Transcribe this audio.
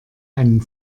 einen